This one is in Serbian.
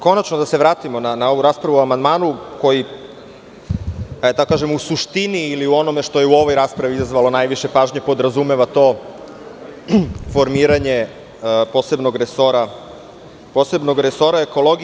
Konačno, da se vratimo na ovu raspravu o amandmanu koji, da tako kažem, u suštini ili u onome što je u ovoj raspravi izazvalo najviše pažnje podrazumeva to formiranje posebnog resora ekologije.